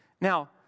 Now